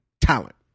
talent